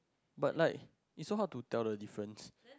but like it's so hard to tell the difference